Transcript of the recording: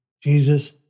Jesus